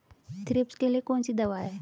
Thrips के लिए कौन सी दवा है?